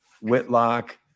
Whitlock